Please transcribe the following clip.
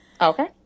Okay